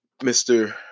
mr